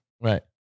Right